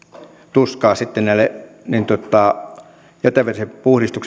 tuskaa sitten jätevesien